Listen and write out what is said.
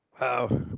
Wow